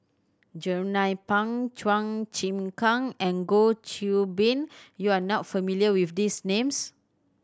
Jernnine Pang Chua Chim Kang and Goh Qiu Bin you are not familiar with these names